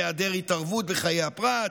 היעדר התערבות בחיי הפרט,